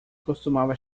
costumava